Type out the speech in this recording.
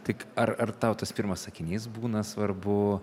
tik ar ar tau tas pirmas sakinys būna svarbu